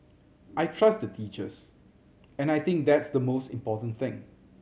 I trust the teachers and I think that's the most important thing